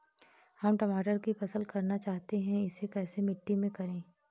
हम टमाटर की फसल करना चाहते हैं इसे कैसी मिट्टी में करें?